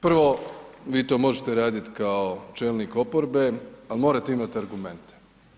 Prvo vi to možete raditi kao čelnik oporbe ali morate imati argumente.